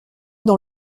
dans